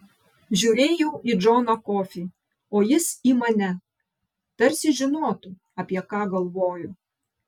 žiūrėjau į džoną kofį o jis į mane tarsi žinotų apie ką galvoju